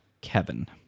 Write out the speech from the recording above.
Kevin